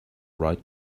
right